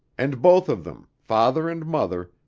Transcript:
and both of them, father and mother,